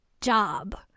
job